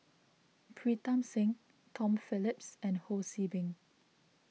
Pritam Singh Tom Phillips and Ho See Beng